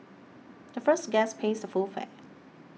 the first guest pays the full fare